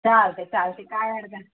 चालत आहे चालत आहे काय अडचण नाही